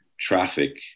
traffic